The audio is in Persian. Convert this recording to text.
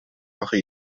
آخه